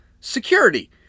security